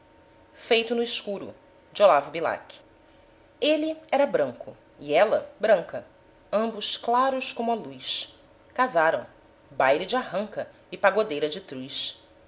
casa ele era branco e ela branca ambos claros como a luz casaram baile de arranca e pagodeira de truz